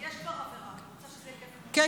יש כבר עבירה, היא רוצה שזה יהיה כפל קנס.